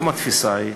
היום התפיסה היא